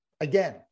again